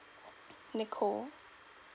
nicole